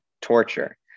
torture